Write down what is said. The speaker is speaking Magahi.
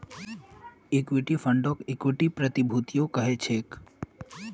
इक्विटी फंडक इक्विटी प्रतिभूतियो कह छेक